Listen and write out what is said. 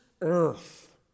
earth